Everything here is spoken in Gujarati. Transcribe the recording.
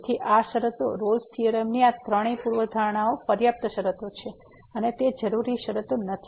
તેથી આ શરતો રોલ્સRolle's થીયોરમની આ ત્રણ પૂર્વધારણાઓ પર્યાપ્ત શરતો છે અને તે જરૂરી શરતો નથી